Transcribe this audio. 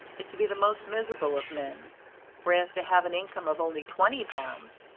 is to be the most miserable of men whereas, to have an income of only twenty pounds,